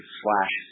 slash